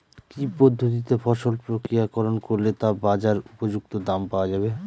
কি পদ্ধতিতে ফসল প্রক্রিয়াকরণ করলে তা বাজার উপযুক্ত দাম পাওয়া যাবে?